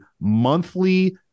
monthly